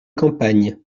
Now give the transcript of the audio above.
campagne